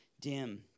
dim